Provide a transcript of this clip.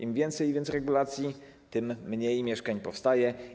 Im więcej regulacji, tym mniej mieszkań powstaje.